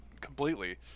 completely